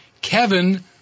Kevin